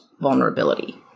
vulnerability